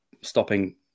stopping